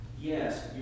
yes